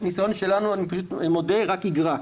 מהניסיון שלנו, אני מודה, זה רק יגרע.